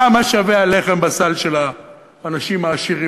כמה שווה הלחם בסל של האנשים העשירים